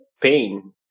pain